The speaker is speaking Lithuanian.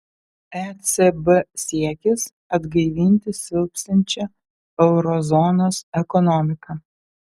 ecb siekis atgaivinti silpstančią euro zonos ekonomiką